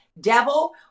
Devil